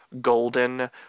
golden